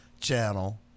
channel